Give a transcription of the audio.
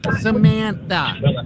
Samantha